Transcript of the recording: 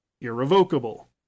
irrevocable